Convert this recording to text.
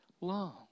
long